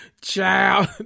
Child